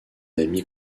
ami